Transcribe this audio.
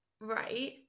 right